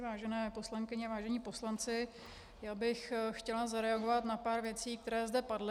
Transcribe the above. Vážené poslankyně, vážení poslanci, chtěla bych zareagovat na pár věcí, které zde padly.